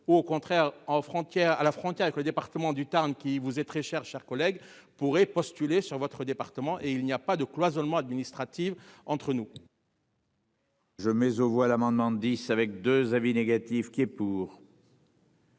en frontière à la frontière avec le département du Tarn qui vous est très cher cher collègue pourrait postuler sur votre département et il n'y a pas de cloisonnement administrative entre nous. Je mais aux voix l'amendement 10 avec 2 avis négatifs qui est pour.